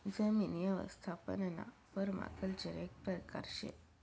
जमीन यवस्थापनना पर्माकल्चर एक परकार शे